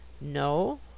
No